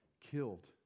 killed